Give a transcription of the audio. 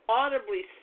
audibly